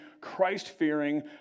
Christ-fearing